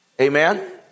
Amen